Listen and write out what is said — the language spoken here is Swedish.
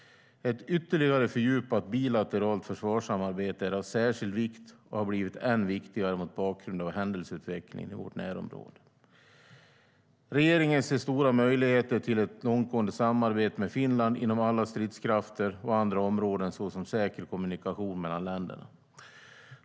Ett ytterligare fördjupat bilateralt försvarssamarbete är av särskild vikt och har blivit än viktigare mot bakgrund av händelseutvecklingen i vårt närområde. Regeringen ser stora möjligheter till ett långtgående samarbete med Finland inom alla stridskrafter och andra områden, såsom säker kommunikation mellan länderna.